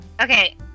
okay